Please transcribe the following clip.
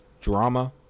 drama